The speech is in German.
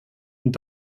und